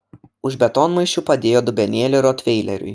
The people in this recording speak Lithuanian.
už betonmaišių padėjo dubenėlį rotveileriui